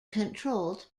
controlled